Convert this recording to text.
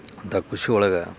ಅಂಥ ಖುಷಿ ಒಳಗೆ